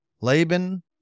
Laban